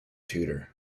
tutor